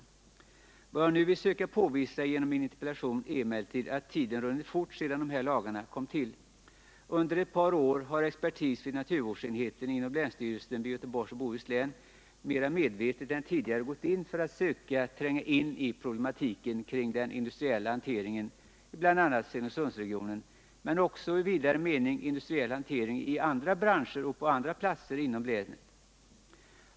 Vad jag velat påvisa genom min interpellation är emellertid att tiden runnit fort undan sedan de här lagarna kom till. Under ett par års tid har expertis vid naturvårdsenheten inom länsstyrelsen i Göteborgs och Bohus län mer medvetet än tidigare gått in för att söka tränga in i problematiken kring den industriella hanteringen, bl.a. i Stenungsundsregionen men också vad gäller i vidare mening industriell hantering i andra branscher och på andra platser inom länet.